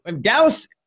Dallas